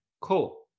Cool